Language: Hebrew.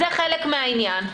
זה חלק מן העניין.